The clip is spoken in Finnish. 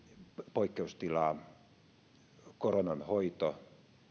poikkeustilaa koronan hoito